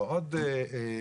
או עוד חדר,